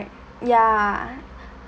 ya